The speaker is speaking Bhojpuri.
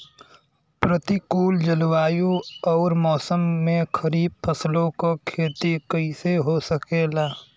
प्रतिकूल जलवायु अउर मौसम में खरीफ फसलों क खेती कइसे हो सकेला?